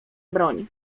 broń